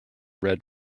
red